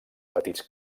petits